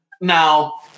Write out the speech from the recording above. Now